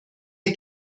der